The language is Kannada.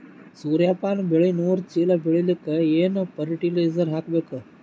ಸೂರ್ಯಪಾನ ಬೆಳಿ ನೂರು ಚೀಳ ಬೆಳೆಲಿಕ ಏನ ಫರಟಿಲೈಜರ ಹಾಕಬೇಕು?